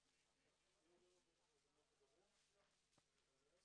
שלום וברכה לכל הפונים ולכל